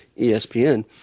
ESPN